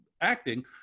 acting